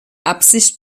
absicht